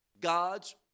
God's